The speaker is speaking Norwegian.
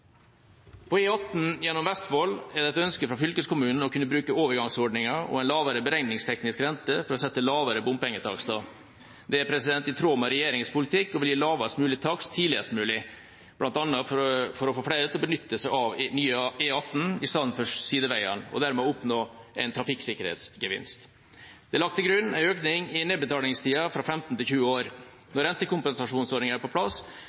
På E18 gjennom Vestfold er det et ønske fra fylkeskommunen å kunne bruke overgangsordninga og en lavere beregningsteknisk rente for å sette lavere bompengetakster. Det er i tråd med regjeringas politikk og vil gi lavest mulig takst tidligst mulig, bl.a. for å få flere til å benytte seg av nye E18 i stedet for sideveiene og dermed oppnå en trafikksikkerhetsgevinst. Det er lagt til grunn en økning i nedbetalingstida fra 15 til 20 år. Når rentekompensasjonsordninga er på plass,